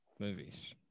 movies